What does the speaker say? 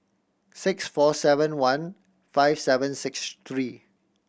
six four seven one five seven six three